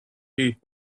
heap